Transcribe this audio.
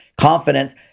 confidence